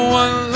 one